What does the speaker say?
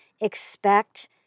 expect